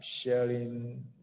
sharing